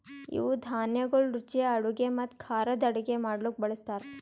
ಇವು ಧಾನ್ಯಗೊಳ್ ರುಚಿಯ ಅಡುಗೆ ಮತ್ತ ಖಾರದ್ ಅಡುಗೆ ಮಾಡ್ಲುಕ್ ಬಳ್ಸತಾರ್